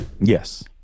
Yes